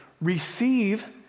receive